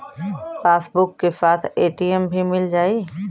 Passbook के साथ ATM भी मील जाई?